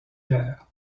guerre